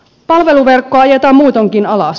palveluverkkoa ajetaan muutoinkin alas